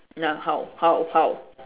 ya how how how